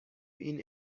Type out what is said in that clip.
این